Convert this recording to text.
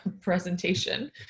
presentation